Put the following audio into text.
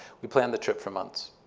we planned the trip for months.